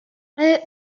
roedd